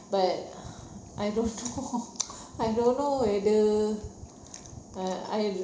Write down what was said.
but I don't know I don't know whether uh I